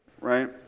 right